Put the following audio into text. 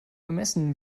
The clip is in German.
ermessen